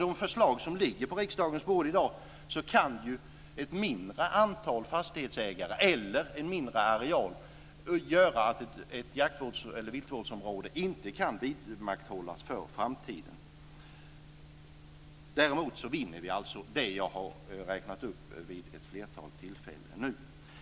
De förslag som ligger på riksdagens bord i dag kan för ett mindre antal fastighetsägare eller en mindre areal göra att ett viltvårdsområde inte kan vidmakthållas för framtiden. Däremot vinner vi det som jag har räknat upp vid ett flertal tillfällen nu.